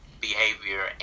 behavior